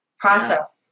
process